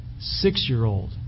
six-year-old